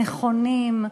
נכונים,